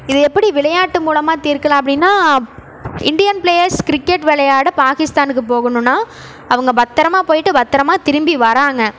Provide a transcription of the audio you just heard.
இது எப்படி விளையாட்டு மூலமாக தீர்க்கலாம் அப்படின்னா இண்டியன் பிலேயர்ஸ் கிரிக்கெட் விளையாட பாகிஸ்தானுக்கு போகணும்னா அவங்க பத்திரமா போயிட்டு பத்திரமா திரும்பி வராங்க